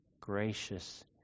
gracious